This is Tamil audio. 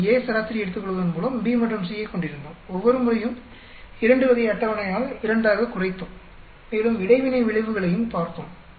பின்னர் A சராசரியை எடுத்துக்கொள்வதன் மூலம் B மற்றும் C ஐக் கொண்டிருந்தோம் ஒவ்வொரு முறையும் 2 வகை அட்டவணையால் 2 ஆகக் குறைத்தோம் மேலும் இடைவினை விளைவுகளையும் பார்த்தோம்